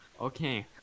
Okay